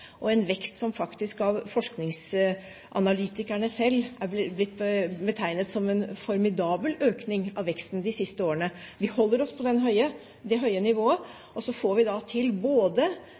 – en vekst som faktisk av forskningsanalytikerne selv er blitt betegnet som en formidabel økning av veksten de siste årene. Vi holder oss på det høye nivået, og ved å omprioritere innenfor forskningsbudsjettet får vi til